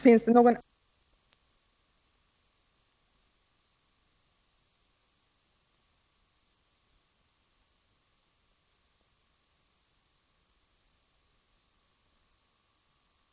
Finns det någon anledning att vidta åtgärder i straffskärpande riktning när det gäller överföring eller försäljning av narkotika från besökare till interner?